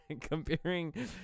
comparing